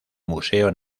museo